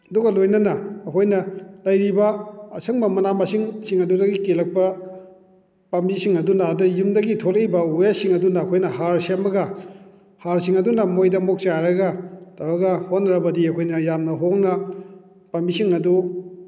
ꯑꯗꯨꯒ ꯂꯣꯏꯅꯅ ꯑꯩꯈꯣꯏꯅ ꯂꯩꯔꯤꯕ ꯑꯁꯪꯕ ꯃꯅꯥ ꯃꯁꯤꯡꯁꯤꯡ ꯑꯗꯨꯗꯒꯤ ꯀꯦꯜꯂꯛꯄ ꯄꯥꯝꯕꯤꯁꯤꯡ ꯑꯗꯨꯅ ꯑꯇꯩ ꯌꯨꯝꯗꯒꯤ ꯊꯣꯛꯂꯛꯏꯕ ꯋꯦꯁꯁꯤꯡ ꯑꯗꯨꯅ ꯑꯩꯈꯣꯏꯅ ꯍꯥꯔ ꯁꯦꯝꯃꯒ ꯍꯥꯔꯁꯤꯡ ꯑꯗꯨꯅ ꯃꯣꯏꯗ ꯑꯃꯨꯛ ꯆꯥꯏꯔꯒ ꯇꯧꯔꯒ ꯍꯣꯠꯅꯔꯕꯗꯤ ꯑꯩꯈꯣꯏꯅ ꯌꯥꯝꯅ ꯍꯣꯡꯅ ꯄꯥꯝꯕꯤꯁꯤꯡ ꯑꯗꯨ